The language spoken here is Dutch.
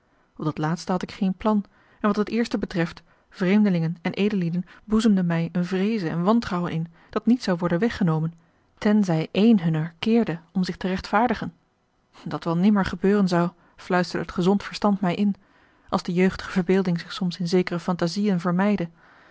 dit laatste had ik geen plan en wat het eerste betreft vreemdelingen en edellieden boezemden mij eene vreeze en wantrouwen in dat niet zou worden weggenomen tenzij een hunner keerde om zich te rechtvaardigen dat wel nimmer gebeuren zou fluisterde het gezond verstand mij in als de jeugdige verbeelding zich soms in zekere phantasiën vermeidde